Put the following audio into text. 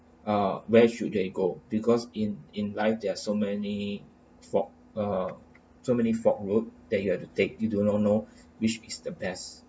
ah where should they go because in in life there are so many fork uh so many forked road that you have to take you do not know which is the best